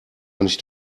nicht